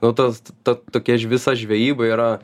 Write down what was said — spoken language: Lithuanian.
nu tas ta tokia ž visa žvejyba yra